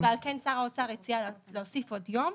ועל כן שר האוצר הציע להוסיף עוד יום,